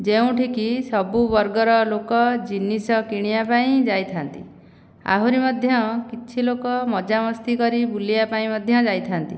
ଯେଉଁଠିକି ସବୁ ବର୍ଗର ଲୋକ ଜିନିଷ କିଣିବା ପାଇଁ ଯାଇଥାଆନ୍ତି ଆହୁରି ମଧ୍ୟ କିଛି ଲୋକ ମଜାମସ୍ତି କରି ବୁଲିବା ପାଇଁ ମଧ୍ୟ ଯାଇଥାଆନ୍ତି